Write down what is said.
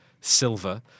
silver